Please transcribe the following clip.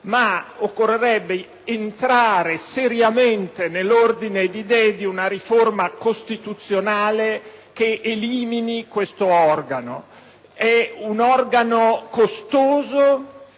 ma occorrerebbe entrare seriamente nell'ordine di idee di una riforma costituzionale che elimini tale organo. È un organo costoso,